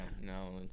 No